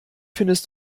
findest